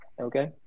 Okay